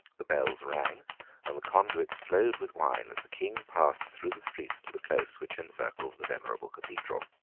the bells rang and the conduits flowed with wine as the king passed through the streets to the close which encircles the venerable cathedral.